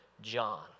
John